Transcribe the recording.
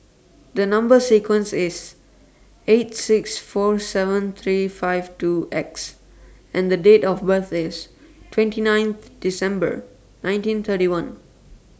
The Number sequence IS T eight six four seven three five two X and The Date of birth IS twenty ninth December nineteen thirty one